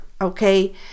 okay